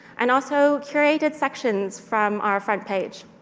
and also curated sections from our front page.